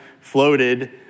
floated